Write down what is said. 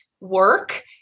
work